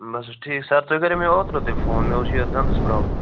بہٕ حظ چھُس ٹھیٖکھ سَر تۅہہِ کٔرِیٚو مےٚ اوترٕ تہِ فون مےٚ اوس یہِ دَنٛدس پرابلم